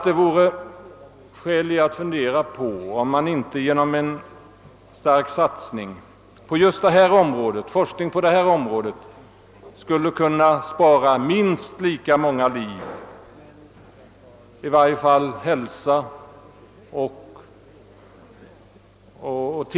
Det vore skäl i att nu fundera över om vi inte genom en kraftig satsning på forskningen på det område det nu gäller skulle kunna spara minst lika många liv som vi gjorde på trafikforskningen.